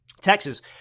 Texas